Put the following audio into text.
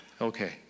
Okay